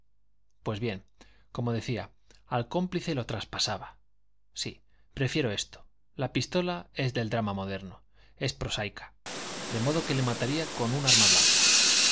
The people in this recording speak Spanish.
pues bien como decía al cómplice lo traspasaba sí prefiero esto la pistola es del drama moderno es prosaica de modo que le mataría con arma blanca